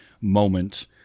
moment